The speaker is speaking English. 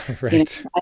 Right